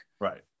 Right